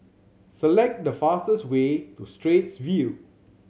select the fastest way to Straits View